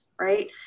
right